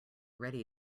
ready